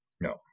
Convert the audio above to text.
No